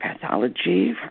pathology